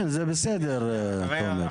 כן, זה בסדר, תומר.